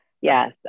yes